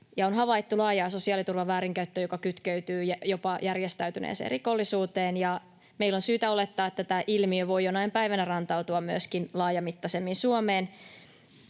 on havaittu laajaa sosiaaliturvan väärinkäyttöä, joka kytkeytyy jopa järjestäytyneeseen rikollisuuteen. Meillä on syytä olettaa, että tämä ilmiö voi jonain päivänä rantautua myöskin laajamittaisemmin Suomeen.